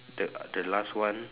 the the last one